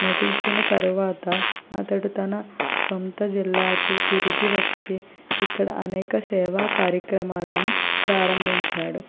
నటించిన తరవాత అతడు తన సొంత జిల్లాకు తిరిగివచ్చి ఇక్కడ అనేక సేవా కార్యక్రమాలను ప్రారంభించాడు